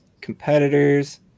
competitors